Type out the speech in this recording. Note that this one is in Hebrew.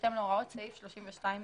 בהתאם להוראות סעיף 32(ז).